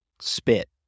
spit